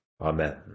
Amen